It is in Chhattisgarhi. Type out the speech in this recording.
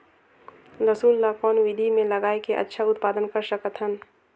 लसुन ल कौन विधि मे लगाय के अच्छा उत्पादन कर सकत हन?